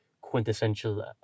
quintessential